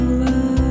love